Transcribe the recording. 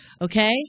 okay